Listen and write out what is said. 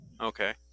Okay